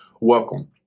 Welcome